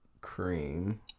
Cream